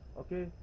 okay